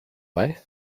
way